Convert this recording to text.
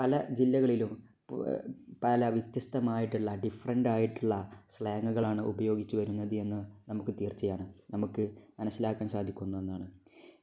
പല ജില്ലകളിലും പല വ്യത്യസ്തമായിട്ടുള്ള ഡിഫറൻറ്റായിട്ടുള്ള സ്ലാങ്ങുകളാണ് ഉപയോഗിച്ചുവരുന്നതെന്ന് നമുക്ക് തീർച്ചയാണ് നമുക്ക് മനസ്സിലാക്കാൻ സാധിക്കുന്ന ഒന്നാണ്